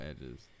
edges